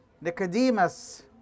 Nicodemus